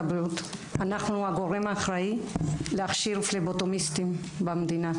אנחנו הגורם האחראי להכשיר פבלוטמיסטים במדינה.